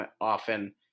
often